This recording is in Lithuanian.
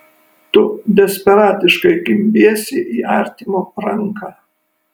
tu desperatiškai kimbiesi į artimo ranką